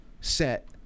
set